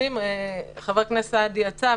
חבר הכנסת סעדי יצא,